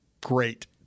great